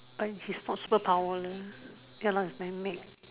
but his possible power leh ya lah it's man made